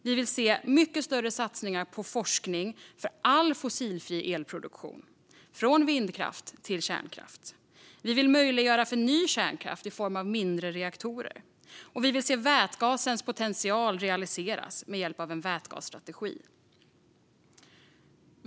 Vi vill se mycket större satsningar på forskning för all fossilfri elproduktion, från vindkraft till kärnkraft. Vi vill möjliggöra för ny kärnkraft i form av mindre reaktorer, och vi vill att vätgasens potential ska realiseras med hjälp av en vätgasstrategi.